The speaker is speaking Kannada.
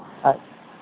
ಆಯ್ತು